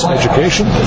education